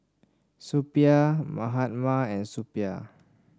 Suppiah Mahatma and Suppiah